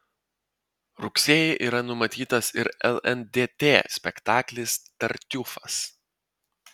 rugsėjį yra numatytas ir lndt spektaklis tartiufas